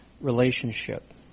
relationship